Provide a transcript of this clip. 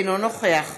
אינו נוכח